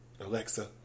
Alexa